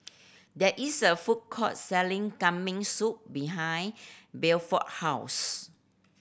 there is a food court selling Kambing Soup behind Bedford house